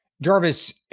Jarvis